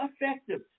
effective